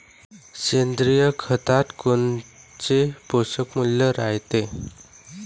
सेंद्रिय खतात कोनचे पोषनमूल्य रायते?